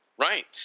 Right